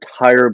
entire